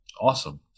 Awesome